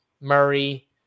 Murray